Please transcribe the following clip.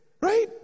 right